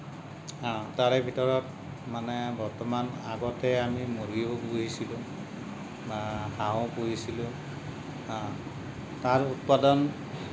তাৰে ভিতৰত মানে বৰ্তমান আগতে আমি মূৰ্গীও পুহিছিলোঁ বা হাঁহো পুহিছিলোঁ তাৰ উৎপাদন